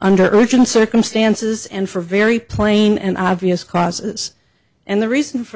under urgent circumstances and for very plain and obvious causes and the reason for